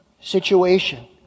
situation